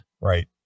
Right